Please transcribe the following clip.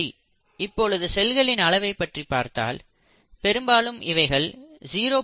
சரி இப்பொழுது செல்களின் அளவை பற்றி பார்த்தால் பெரும்பாலும் இவைகள் 0